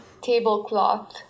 tablecloth